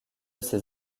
ses